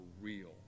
real